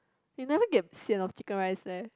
you never get sian of chicken rice meh